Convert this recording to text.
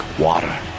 water